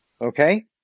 Okay